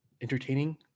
entertaining